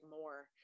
more